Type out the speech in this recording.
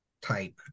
type